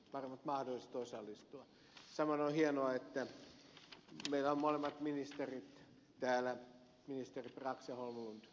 samoin on hienoa että meillä on molemmat ministerit täällä ministerit brax ja holmlund paikalla